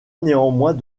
néanmoins